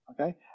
Okay